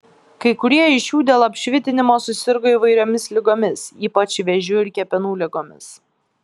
kai kurie iš jų dėl apšvitinimo susirgo įvairiomis ligomis ypač vėžiu ir kepenų ligomis